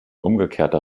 umgekehrter